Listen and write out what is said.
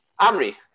Amri